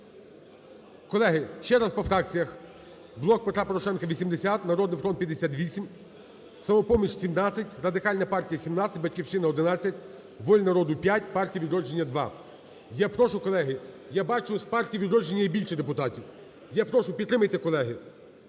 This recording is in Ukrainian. Колеги, ще раз по фракціях. "Блок Петра Порошенка" – 80, "Народний фронт" – 58, "Самопоміч" – 17, Радикальна партія – 17, "Батьківщина" – 11, "Воля народу" – 5, "Партія "Відродження" – 2. Я прошу, колеги, я бачу з "Партії "Відродження" є більше депутатів. Я прошу, підтримайте, колеги.